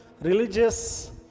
religious